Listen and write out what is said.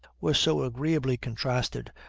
were so agreeably contrasted,